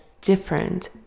different